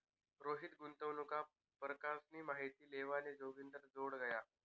रोहित गुंतवणूकना परकारसनी माहिती लेवाले जोगिंदरजोडे गया